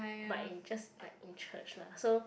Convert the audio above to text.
but in just like in church lah so